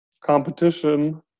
competition